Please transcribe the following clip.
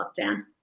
lockdown